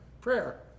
prayer